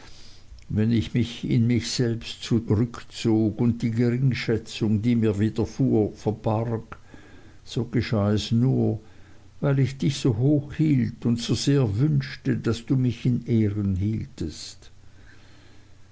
wenn ich mich in mich selbst zurückzog und die geringschätzung die mir widerfuhr verbarg so geschah es nur weil ich dich so hoch hielt und so sehr wünschte daß du mich in ehren hieltest